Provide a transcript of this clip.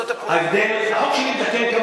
החוק שלי מתקן,